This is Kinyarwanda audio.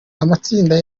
amatsinda